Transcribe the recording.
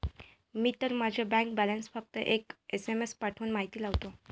मी तर माझा bank balance फक्त एक एस.एम.एस पाठवून माहिती लावतो